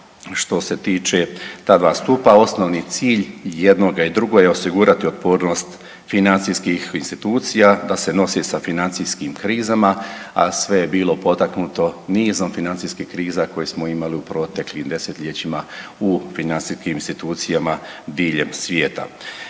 Što se tiče ta dva stupa osnovni cilj jednoga i drugog je osigurati otpornost financijskih institucija da se nose sa financijskim krizama, a sve je bilo potaknuto nizom financijskih kriza koje smo imali u proteklim 10-ljećima u financijskim institucijama diljem svijeta.